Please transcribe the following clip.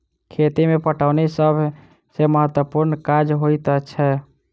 खेती मे पटौनी सभ सॅ महत्त्वपूर्ण काज होइत छै